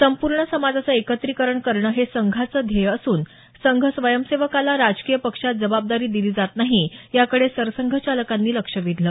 संपूर्ण समाजाचं एकत्रीकरण करणं हे संघाचं ध्येय असून संघ स्वयंसेवकाला राजकीय पक्षात जबाबदारी दिली जात नाही या कडे सरसंघचालकांनी लक्ष वेधलं